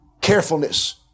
Carefulness